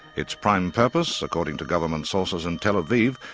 its prime purpose, according to government sources in tel aviv,